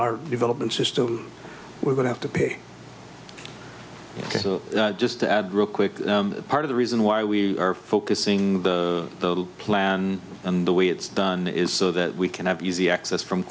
our development system we would have to pay just to add real quick part of the reason why we are focusing the plan and the way it's done is so that we can have easy access from